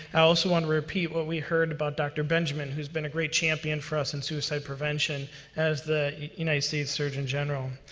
i also want to repeat what we heard about dr. benjamin, who has been a great champion for us in suicide prevention as the united states surgeon general.